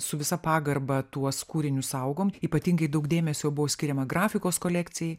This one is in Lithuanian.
su visa pagarba tuos kūrinius saugom ypatingai daug dėmesio buvo skiriama grafikos kolekcijai